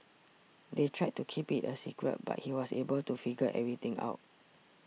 they tried to keep it a secret but he was able to figure everything out